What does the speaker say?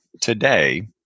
today